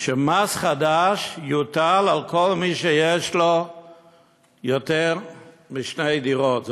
שמס חדש יוטל על כל מי שיש לו יותר משתי דירות.